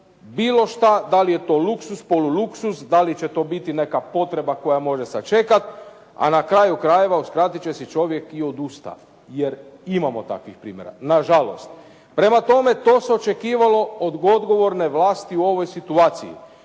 bilo šta, da li je to luksuz, polu luksuz, da li će to biti neka potreba koja može sačekati, a na kraju krajeva uskratit će si čovjek i od usta, jer imamo takvih primjera. Na žalost. Prema tome, to se očekivalo od odgovorne vlasti u ovoj situaciji,